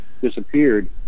disappeared